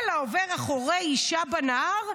"כל העובר אחורי אישה בנהר,